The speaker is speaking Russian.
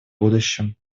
будущем